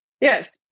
Yes